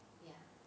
ya